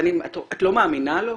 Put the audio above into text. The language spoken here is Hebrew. את לא מאמינה לו?